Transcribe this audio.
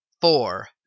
Four